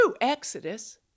Exodus